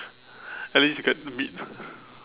at least you get the meat